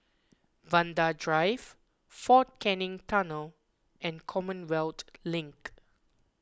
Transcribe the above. Vanda Drive fort Canning Tunnel and Commonwealth Link